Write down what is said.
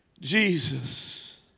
Jesus